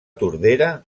tordera